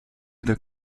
the